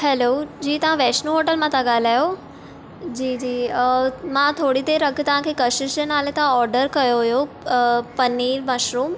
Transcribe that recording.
hello जी तव्हां Vaishno hotel मां था ॻाल्हायो जी जी मां थोरि देर अॻु तव्हां खे कशिश जे नाले सां ऑडरु कयो होयो पनीर मशरूम